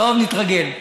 טוב, נתרגל.